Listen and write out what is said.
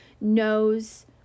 knows